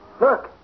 Look